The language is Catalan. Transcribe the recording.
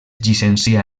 llicencià